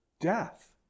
death